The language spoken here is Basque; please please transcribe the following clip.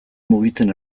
mugitzen